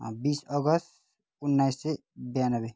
बिस अगस्त उन्नाइस सय बयानब्बे